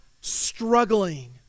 struggling